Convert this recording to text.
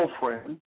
girlfriend